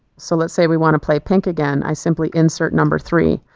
so let's say we want to play pink again i simply insert number three.